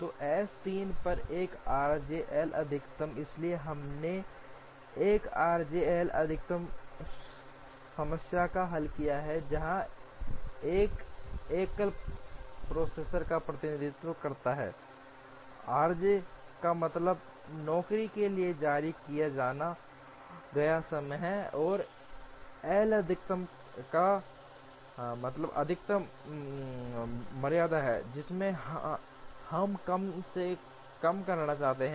तो एम 3 पर 1 RJ L अधिकतम इसलिए हमने 1 आरजे एल अधिकतम समस्या का हल किया जहां एक एकल प्रोसेसर का प्रतिनिधित्व करता है आरजे का मतलब नौकरी के लिए जारी किया गया समय है और एल अधिकतम का मतलब अधिकतम मर्यादा है जिसे हम कम से कम करना चाहते हैं